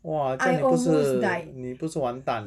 !wah! 这样你不是你不是完蛋